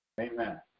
Amen